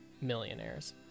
millionaires